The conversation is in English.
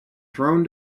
thrown